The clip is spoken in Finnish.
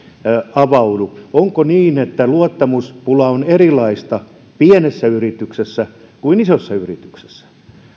avaudu onko niin että luottamuspula on erilaista pienessä yrityksessä kuin isossa yrityksessä